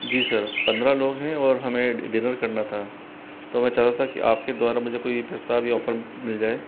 जी sir पंद्रह लोग है और हमें डिनर करना था तो मैं चाहता था कि आप के द्वारा मुझें कोई प्रस्ताव या ऑफर मिल जाए